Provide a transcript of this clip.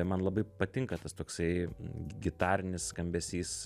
man labai patinka tas toksai gitarinis skambesys